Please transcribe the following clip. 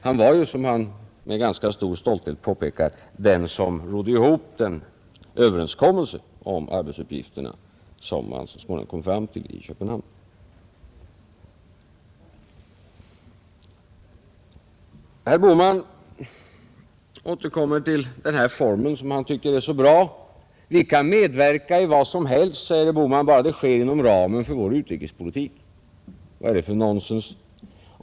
Han var ju, som han med ganska stor stolthet påpekar, den som rodde ihop den överenskommelse om arbetsuppgifterna vilken man så småningom kom fram till i Köpenhamn, Herr Bohman återkommer till den här formen som han tycker är så bra. Vi kan medverka i vad som helst, säger herr Bohman, bara det sker inom ramen för vår utrikespolitik. Vad är det för nonsens?